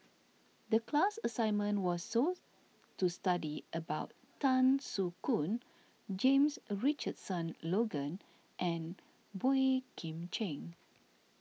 the class assignment was so to study about Tan Soo Khoon James Richardson Logan and Boey Kim Cheng